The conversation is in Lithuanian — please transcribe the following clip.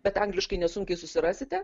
bet angliškai nesunkiai susirasite